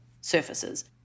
surfaces